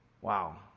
Wow